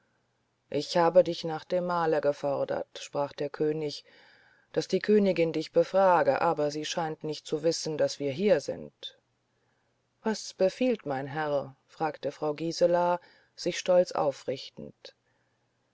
ich habe dich nach dem mahle gefordert sprach der könig daß die königin dich befrage aber sie scheint nicht zu wissen daß wir hier sind was befiehlt mein herr fragte frau gisela sich stolz aufrichtend